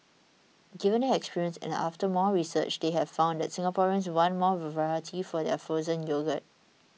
given their experience and after more research they have found that Singaporeans want more variety for their frozen yogurt